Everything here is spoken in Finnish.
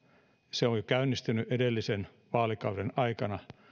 se on käynnistynyt jo edellisen vaalikauden aikana